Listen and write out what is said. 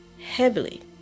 heavily